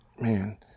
man